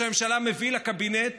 ראש הממשלה מביא לקבינט